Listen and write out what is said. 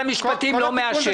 נניח ושר המשפטים לא יאשר,